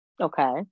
Okay